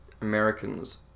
americans